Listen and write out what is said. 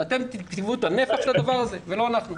אתם תקבעו את הנפח של הדבר הזה ולא אנחנו.